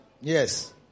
Yes